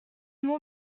mot